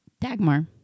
Dagmar